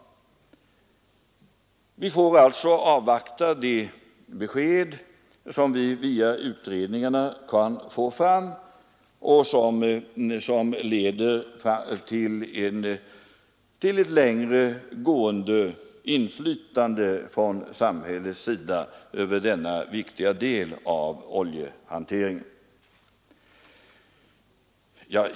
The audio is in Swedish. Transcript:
Vi får alltså avvakta det besked som vi kan få fram via utredningarna och som kan leda till ett längre gående samhällsinflytande över denna viktiga del av oljehanteringen.